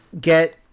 get